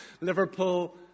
Liverpool